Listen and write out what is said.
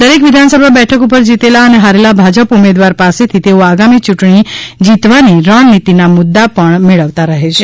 દરેક વિધાનસભા બેઠક ઉપર જીતેલા અને હારેલા ભાજપ ઉમેદવાર પાસેથી તેઓ આગામી ચૂંટણી જીતવાની રણનીતિના મુદ્દા પણ મેળવતા રહે છે